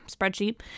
spreadsheet